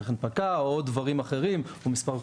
או אם יש תאריך הנפקה,